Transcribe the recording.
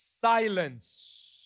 silence